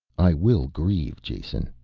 i will grieve, jason.